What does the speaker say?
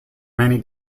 many